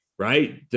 right